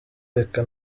reka